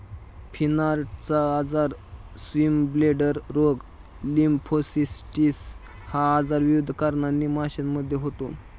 फिनार्टचा आजार, स्विमब्लेडर रोग, लिम्फोसिस्टिस हा आजार विविध कारणांनी माशांमध्ये होतो